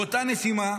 באותה נשימה,